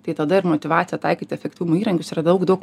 tai tada ir motyvacija taikyti efektyvumo įrankius yra daug daug